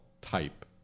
type